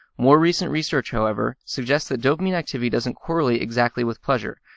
more recent research, however, suggests that dopamine activity doesn't correlate exactly with pleasure.